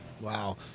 Wow